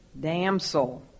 damsel